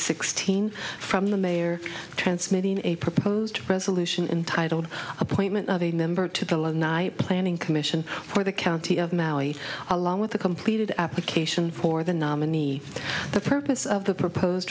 sixteen from the mayor transmitting a proposed resolution entitled appointment of a member to night planning commission for the county of maui along with a completed application for the nominee the purpose of the proposed